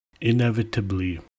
Inevitably